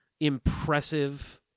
impressive